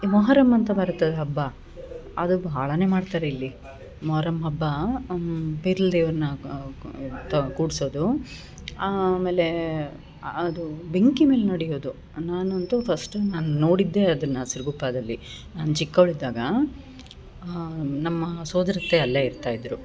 ಈ ಮೊಹರಮ್ ಅಂತ ಬರ್ತದೆ ಹಬ್ಬ ಅದು ಭಾಳಾನೇ ಮಾಡ್ತಾರೆ ಇಲ್ಲಿ ಮೋಹರಮ್ ಹಬ್ಬ ಪಿರ್ಲ್ ದೇವ್ರನ್ನ ಕೂಡ್ಸೋದು ಆಮೇಲೆ ಅದು ಬೆಂಕಿ ಮೇಲೆ ನಡೆಯೋದು ನಾನಂತು ಫಸ್ಟ್ ನಾನು ನೋಡಿದ್ದೆ ಅದನ್ನು ಸಿರಗುಪ್ಪದಲ್ಲಿ ನಾನು ಚಿಕ್ಕವಳು ಇದ್ದಾಗ ನಮ್ಮ ಸೋದರತ್ತೆ ಅಲ್ಲೇ ಇರ್ತಾಯಿದ್ರು